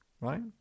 right